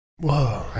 Whoa